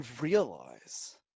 realize